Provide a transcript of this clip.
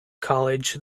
college